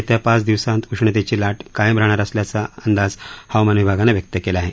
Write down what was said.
येत्या पाच दिवसांत उष्णतेची लाट कायम राहणार असल्याचा अंदाज हवामान विभागानं व्यक्त केला आहे